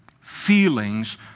Feelings